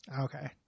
okay